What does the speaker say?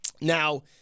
Now